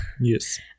yes